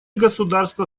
государства